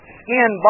skin